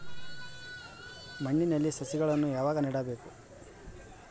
ಮಣ್ಣಿನಲ್ಲಿ ಸಸಿಗಳನ್ನು ಯಾವಾಗ ನೆಡಬೇಕು?